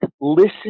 listen